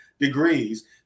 degrees